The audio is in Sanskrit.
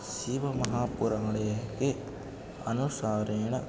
शिवमहापुराणस्य अनुसारेण